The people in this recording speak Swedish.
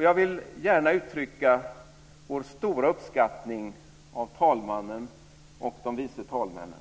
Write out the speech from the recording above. Jag vill gärna uttrycka vår stora uppskattning av talmannen och de vice talmännen